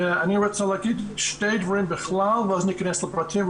אני רוצה להגיד שני דברים ואז ניכנס לפרטים,